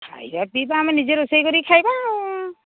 ଖାଇବା ପିଇବା ଆମେ ନିଜେ ରୋଷେଇ କରି ଖାଇବା ଆଉ